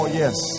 yes